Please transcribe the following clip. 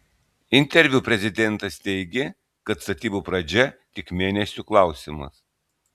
interviu prezidentas teigė kad statybų pradžia tik mėnesių klausimas